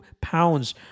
pounds